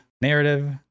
narrative